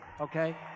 Okay